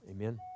Amen